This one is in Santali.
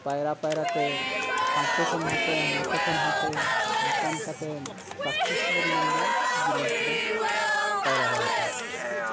ᱯᱟᱭᱨᱟ ᱯᱟᱭᱨᱟᱛᱮ ᱦᱟᱱᱛᱮ ᱠᱷᱚᱱ ᱱᱟᱛᱮ ᱦᱟᱱᱟᱛᱮ ᱠᱷᱚᱱ ᱦᱟᱱᱛᱮ ᱚᱱᱠᱟ ᱚᱱᱠᱟᱛᱮ ᱯᱨᱮᱠᱴᱤᱥ ᱞᱮᱱᱟᱜᱮ ᱡᱤᱞᱤᱧ ᱛᱮᱫᱚᱢ ᱯᱟᱭᱨᱟ ᱫᱟᱲᱮᱭᱟᱜᱼᱟ